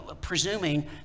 presuming